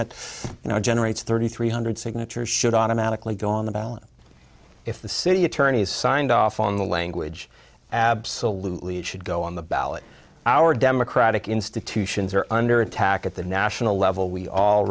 that you know generates thirty three hundred signatures should automatically go on the ballot if the city attorneys signed off on the language absolutely it should go on the ballot our democratic institutions are under attack at the national level we all